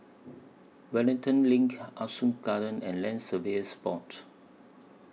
Wellington LINK Ah Soo Garden and Land Surveyors Board